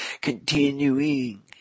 Continuing